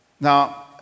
Now